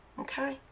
okay